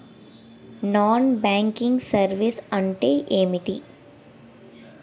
Non banking services అంటే ఎంటి?